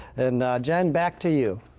and jen, back to you.